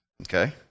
Okay